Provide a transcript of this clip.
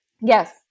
Yes